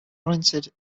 oriented